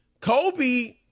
Kobe